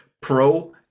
pro